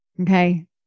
Okay